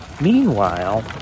Meanwhile